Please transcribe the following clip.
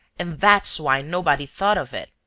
and that's why nobody thought of it.